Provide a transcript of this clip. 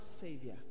savior